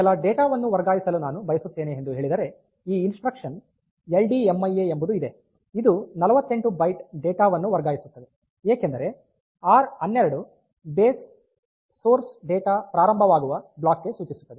ಕೆಲ ಡೇಟಾ ವನ್ನು ವರ್ಗಾಯಿಸಲು ನಾನು ಬಯಸುತ್ತೇನೆ ಎಂದು ಹೇಳಿದರೆ ಈ instruction L D M I A ಎಂಬುದು ಇದೆ ಇದು 48 ಬೈಟ್ ಡೇಟಾ ವನ್ನು ವರ್ಗಾಯಿಸುತ್ತದೆ ಏಕೆಂದರೆ ಆರ್12 ಬೇಸ್ ಸೋರ್ಸ್ ಡೇಟಾ ಪ್ರಾರಂಭವಾಗುವ ಬ್ಲಾಕ್ ಗೆ ಸೂಚಿಸುತ್ತದೆ